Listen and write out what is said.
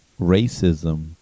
racism